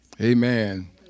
Amen